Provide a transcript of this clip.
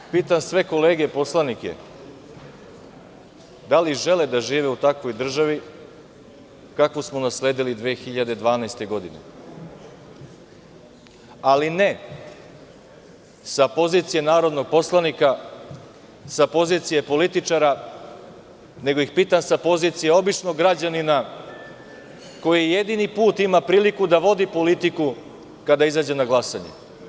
Sada pitam sve kolege poslanike - da li žele da žive u takvoj državi, kakvu smo nasledili 2012. godine, ali ne sa pozicije narodnog poslanika, sa pozicije političara, nego sa pozicije običnog građanina, koji je jedini put ima priliku da vodi politiku kada izađe na glasanje?